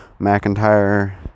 McIntyre